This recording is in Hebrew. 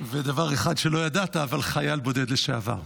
ודבר אחד שלא ידעת, חייל בודד לשעבר.